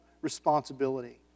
responsibility